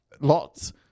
Lots